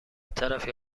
طرفی